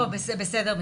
בסדר.